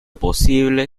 posible